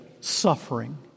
suffering